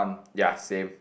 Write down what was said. ya same